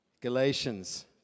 Galatians